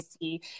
see